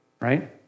right